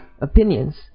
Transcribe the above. opinions